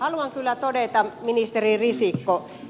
haluan kyllä todeta ministeri risikko